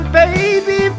baby